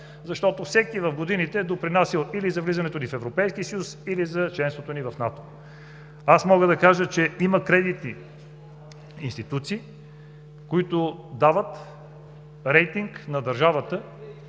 защото всеки в годините е допринасял или за влизането ни в Европейския съюз, или за членството ни в НАТО. Има кредитни институции, които дават рейтинг на държавата